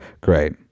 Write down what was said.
great